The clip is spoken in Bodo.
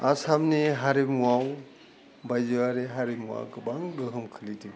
आसामनि हारिमुवाव बायजोयारि हारिमुवा गोबां गोहोम खोलैदों